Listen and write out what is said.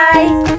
Bye